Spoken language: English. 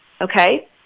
okay